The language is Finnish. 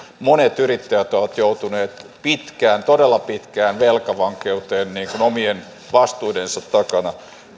monet yrittäjät ovat myöskin joutuneet pitkään todella pitkään velkavankeuteen omien vastuidensa takana